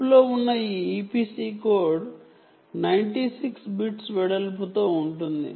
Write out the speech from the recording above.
chip లో ఉన్న ఈ EPC కోడ్ 96 బిట్స్ వెడల్పు తో ఉంటుంది